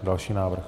Další návrh.